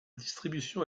distribution